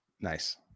Nice